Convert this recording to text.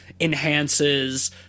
enhances